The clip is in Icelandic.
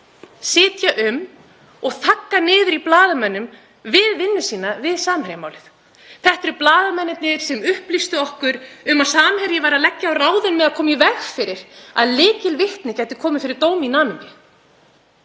sitja um og þagga niður í blaðamönnum við vinnu sína við Samherjamálið. Þetta eru blaðamennirnir sem upplýstu okkur um að Samherji væri að leggja á ráðin um að koma í veg fyrir að lykilvitni gæti komið fyrir dóm í Namibíu.